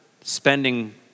spending